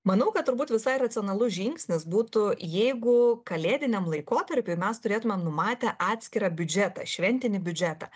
manau kad turbūt visai racionalus žingsnis būtų jeigu kalėdiniam laikotarpiui mes turėtumėm numatę atskirą biudžetą šventinį biudžetą